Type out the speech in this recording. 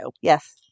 Yes